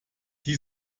die